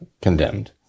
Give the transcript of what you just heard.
condemned